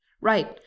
Right